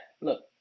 look